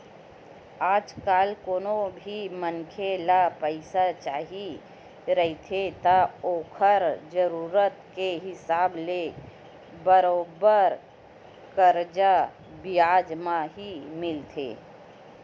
आजकल कोनो भी मनखे ल पइसा चाही रहिथे त ओखर जरुरत के हिसाब ले बरोबर करजा बियाज म ही मिलथे